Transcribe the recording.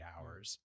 hours